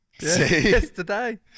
Yesterday